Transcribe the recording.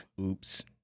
Oops